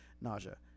nausea